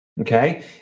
Okay